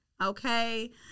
Okay